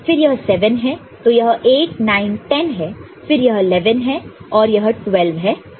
तो यह 8 9 10 है फिर यह 11 है और यह 12 है यह 13 और यह 14 है